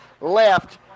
left